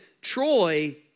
Troy